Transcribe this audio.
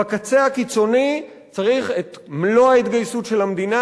בקצה הקיצוני צריך את מלוא ההתגייסות של המדינה,